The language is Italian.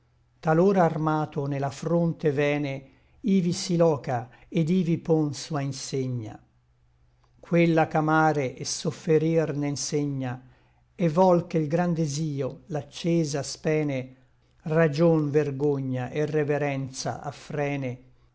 armato ne la fronte vène ivi si loca et ivi pon sua insegna quella ch'amare et sofferir ne nsegna e vòl che l gran desio l'accesa spene ragion vergogna et reverenza affrene